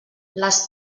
les